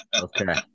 Okay